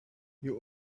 you